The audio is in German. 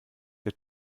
der